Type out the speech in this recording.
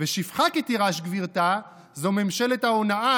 "ושפחה כי תירש גבִרתה" זו ממשלת ההונאה